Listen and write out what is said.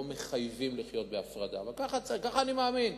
לא מחייבים לחיות בהפרדה, אבל ככה אני מאמין.